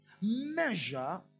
measure